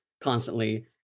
constantly